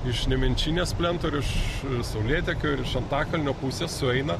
iš nemenčinės plento ir iš saulėtekio ir iš antakalnio pusės sueina